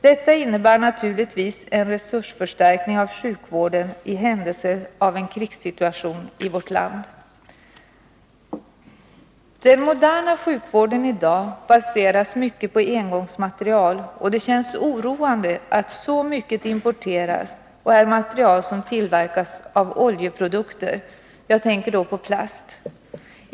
Detta innebär naturligtvis en resursförstärkning av sjukvården i händelse av en krigssituation i vårt land. Den moderna sjukvården i dag baseras mycket på engångsmateriel, och det känns oroande att så mycket importeras och är materiel som tillverkas av oljeprodukter. Jag tänker då på plast.